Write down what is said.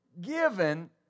given